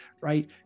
right